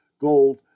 Gold